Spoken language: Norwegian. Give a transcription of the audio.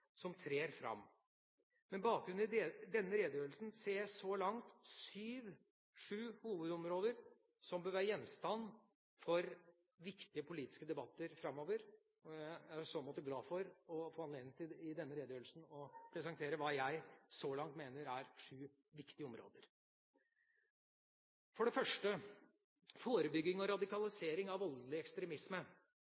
som trer fram. Med bakgrunn i denne redegjørelsen ser jeg så langt sju hovedområder som bør være gjenstand for viktige politiske debatter framover. Jeg er i så måte glad for å få anledning til i denne redegjørelsen å presentere hva jeg så langt mener er sju viktige områder. For det første, forebygging og